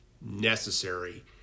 necessary